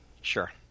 Sure